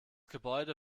gebäude